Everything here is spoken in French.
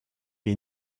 est